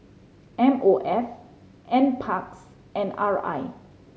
M O F Nparks and R I